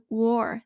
war